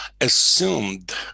assumed